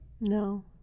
No